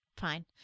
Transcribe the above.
fine